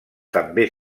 també